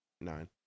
nine